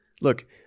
look